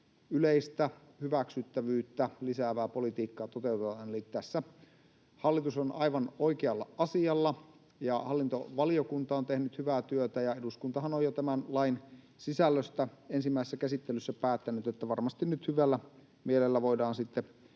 yleistä hyväksyttävyyttä lisäävää politiikkaa toteutetaan. Tässä hallitus on aivan oikealla asialla, ja hallintovaliokunta on tehnyt hyvää työtä. Eduskuntahan on jo tämän lain sisällöstä ensimmäisessä käsittelyssä päättänyt, eli varmasti nyt hyvällä mielellä voidaan sitten